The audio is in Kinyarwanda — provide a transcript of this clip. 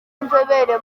w’inzobere